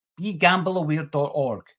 begambleaware.org